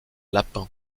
lapin